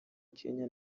kenya